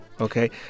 okay